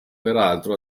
peraltro